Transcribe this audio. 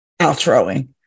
outroing